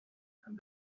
and